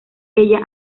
ella